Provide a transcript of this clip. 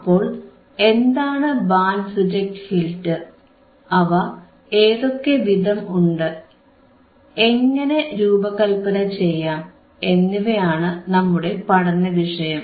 അപ്പോൾ എന്താണ് band reject filter അവ ഏതൊക്കെ വിധം ഉണ്ട് എങ്ങനെ രൂപകല്പന ചെയ്യാം എന്നിവയാണ് നമ്മുടെ പഠനവിഷയം